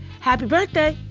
happy birthday.